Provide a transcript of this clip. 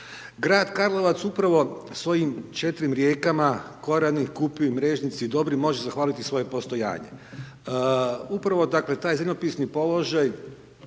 Grad Karlovac upravo svojim četiri rijekama Korani, Kupi, Mrežnici i Dobri može zahvaliti svoje postojanje. Upravo, dakle, taj zemljopisni položaj,